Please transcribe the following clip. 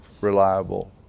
reliable